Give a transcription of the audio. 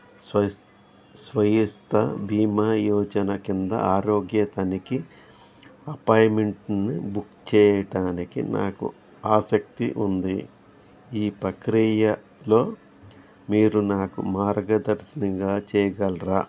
స్వస్థ్ స్వాస్థ్య బీమా యోజన కింద ఆరోగ్య తనిఖీ అపాయింట్మెంట్ను బుక్ చేయటానికి నాకు ఆసక్తి ఉంది ఈ ప్రక్రియలో మీరు నాకు మార్గనిర్దేశం చేయగలరా